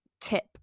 tip